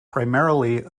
primarily